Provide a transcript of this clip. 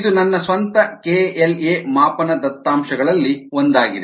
ಇದು ನನ್ನ ಸ್ವಂತ KLa ಮಾಪನ ದತ್ತಾಂಶಗಳಲ್ಲಿ ಒಂದಾಗಿದೆ